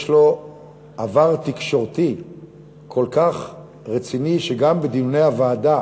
יש לו עבר תקשורתי כל כך רציני, שגם בדיוני הוועדה